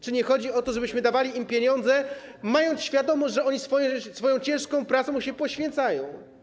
Czy nie chodzi o to, żebyśmy dawali im pieniądze, mając świadomość, że oni swoją ciężką pracą się poświęcają?